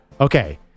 Okay